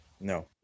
No